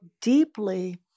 deeply